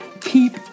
keep